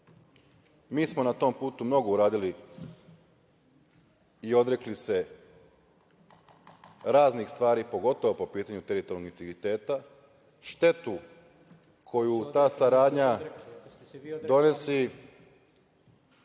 Mi smo na tom putu mnogo uradili i odrekli se raznih stvari, pogotovo po pitanju teritorijalnog integriteta, štetu koju ta saradnja donosi